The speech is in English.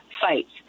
fights